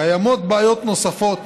קיימות בעיות נוספות